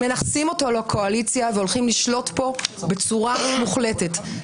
-- והולכים לשלוט פה בצורה מוחלטת.